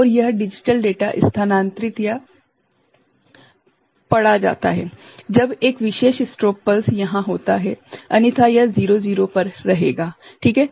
और यह digital data स्थानांतरित या पढ़ा जाता है जब एक विशेष स्ट्रोब पल्स वहाँ होता है अन्यथा यह 00 पर रहेगा ठीक है